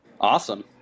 Awesome